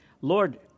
Lord